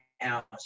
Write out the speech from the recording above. out